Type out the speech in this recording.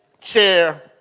chair